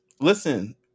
listen